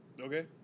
Okay